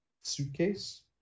suitcase